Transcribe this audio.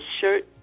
shirt